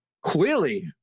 Clearly